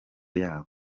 yabo